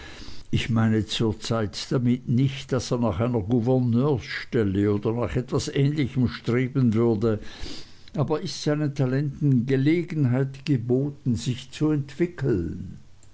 ich meine zurzeit damit nicht daß er nach einer gouverneurstelle oder nach etwas ähnlichem streben würde aber ist seinen talenten gelegenheit geboten sich zu entwickeln